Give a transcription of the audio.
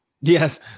Yes